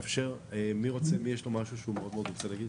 למי יש משהו שהוא רוצה מאוד להגיד?